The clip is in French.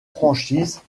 franchises